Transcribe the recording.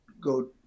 go